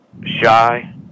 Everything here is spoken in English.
shy